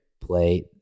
play